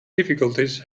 difficulties